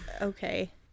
Okay